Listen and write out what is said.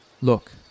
look